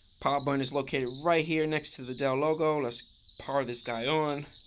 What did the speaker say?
power button is located right here next to the dell logo let's power this guy on.